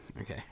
Okay